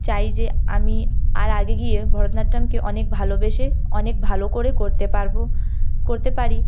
চাই যে আমি আর আগে গিয়ে ভরতনাট্যমকে অনেক ভালোবেসে অনেক ভালো করে করতে পারব করতে পারি